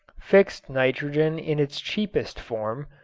fixed nitrogen in its cheapest form,